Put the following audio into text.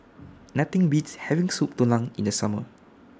Nothing Beats having Soup Tulang in The Summer